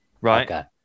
right